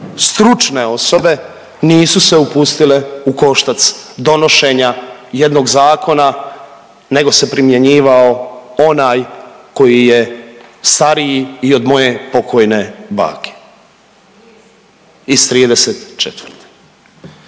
stručne osobe nisu se upustile ukoštac donošenja jednog zakona, nego se primjenjivao onaj koji je stariji i od moje pokojne bake.